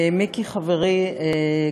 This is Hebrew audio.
מיקי חברי,